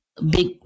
big